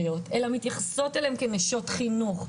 אלא מתייחסות אליהם כנשות חינוך,